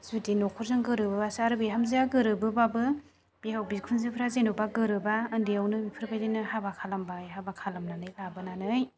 जुदि न'खरजों गोरोबोबासो आरो बिहामजोआ गोरोबोबाबो बिहाव बिखुनजोफ्रा जेनेबा गोरोबा उन्दैयावनो बेफोरबायदिनो हाबा खालामबाय हाबा खालामनानै लाबोनानै